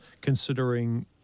considering